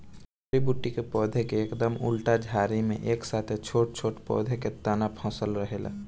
जड़ी बूटी के पौधा के एकदम उल्टा झाड़ी में एक साथे छोट छोट पौधा के तना फसल रहेला